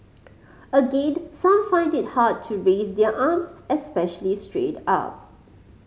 again some find it hard to raise their arms especially straight up